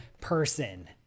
person